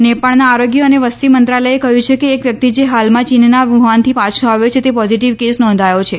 નેપાળના આરોગ્ય અને વસ્તી મંત્રાલયે કહ્યું છે કે એક વ્યક્તિ જે હાલમાં ચીનના વુહાનથી પાછો આવ્યો છે તે પોઝિટિવ કેસ નોંધાયો છે